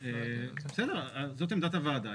בסדר, זאת עמדת הוועדה.